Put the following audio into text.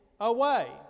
away